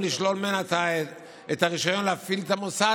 לשלול ממנה את הרישיון להפעיל את המוסד,